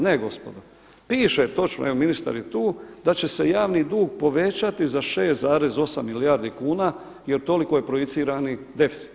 Ne gospodo, piše točno evo ministar je tu, da će se javni dug povećati za 6,8 milijardi kuna jer toliko je projicirani deficit.